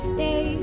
Stay